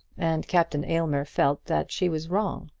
and captain aylmer felt that she was wrong.